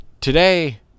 Today